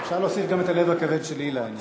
אינה נוכחת אפשר להוסיף גם את הלב הכבד של אילן.